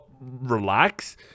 relax